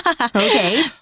Okay